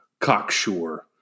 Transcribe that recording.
cocksure